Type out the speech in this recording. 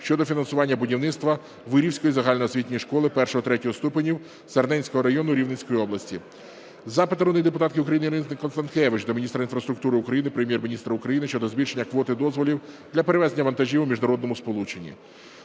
щодо фінансування будівництва Вирівської загальноосвітньої школи І-ІІІ ступенів Сарненського району Рівненської області. Запит народної депутатки України Ірини Констанкевич до міністра інфраструктури України, Прем'єр-міністра України щодо збільшення квоти дозволів для перевезення вантажів у міжнародному сполученні.